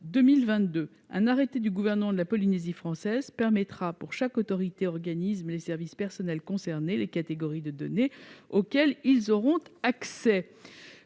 2022. Un arrêté du gouvernement de la Polynésie française, précisera, pour chaque autorité ou organisme, pour les services et les personnels concernés, les catégories de données auxquelles ils auront accès.